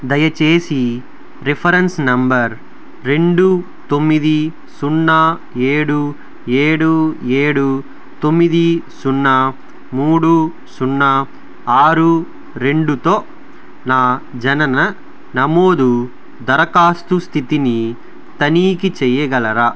దయచేసి reference number రెండు తొమ్మిది సున్నా ఏడు ఏడు ఏడు తొమ్మిది సున్నా మూడు సున్నా ఆరు రెండుతో నా జనన నమోదు దరఖాస్తు స్థితిని తనిఖీ చేయగలరా